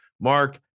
Mark